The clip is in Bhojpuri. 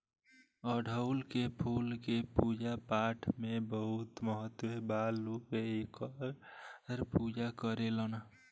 अढ़ऊल के फूल के पूजा पाठपाठ में बहुत महत्व बा लोग एकर पूजा करेलेन